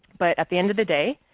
but at the end of the day,